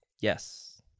yes